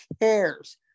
cares